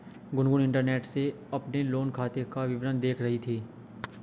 Gungun internet से अपने loan खाते का विवरण देख रही थी